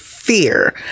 Fear